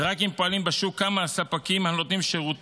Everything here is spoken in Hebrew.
ורק אם פועלים בשוק כמה ספקים הנותנים שירות